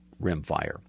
rimfire